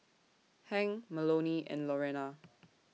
Hank Melonie and Lorena